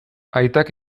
aitak